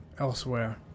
elsewhere